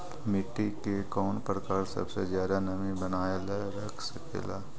मिट्टी के कौन प्रकार सबसे जादा नमी बनाएल रख सकेला?